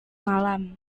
malam